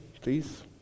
please